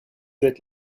êtes